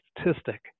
statistic